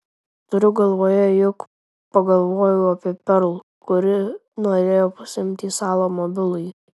turiu galvoje juk pagalvojau apie perl kuri norėjo pasiimti į salą mobilųjį